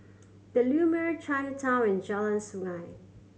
The Lumiere Chinatown and Jalan Sungei